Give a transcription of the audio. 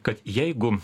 kad jeigu